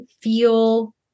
feel